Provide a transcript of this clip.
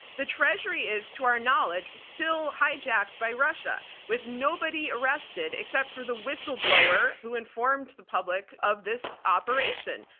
the treasury is, to our knowledge, still hijacked by russia, with nobody arrested except for the whistleblower who informed the public of this operation.